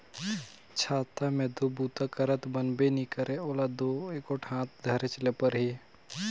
छाता मे दो बूता करत बनबे नी करे ओला दो एगोट हाथे धरेच ले परही